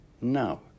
Now